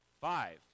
Five